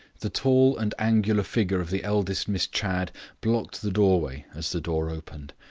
the tall and angular figure of the eldest miss chadd blocked the doorway as the door opened.